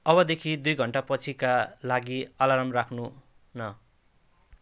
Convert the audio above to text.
अबदेखि दुई घन्टापछिका लागि अलार्म राख्नु न